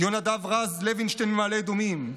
יונדב רז לוינשטיין ממעלה אדומים,